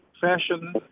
fashion